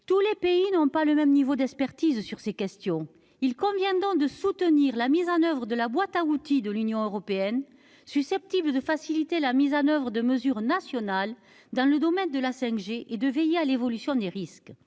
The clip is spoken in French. Tous les pays n'ont pas le même niveau d'expertise sur ces questions. Il convient donc non seulement de soutenir la mise en oeuvre de la boîte à outils de l'Union européenne susceptible de faciliter l'application de mesures nationales dans le domaine de la 5G et de veiller à l'évolution des risques,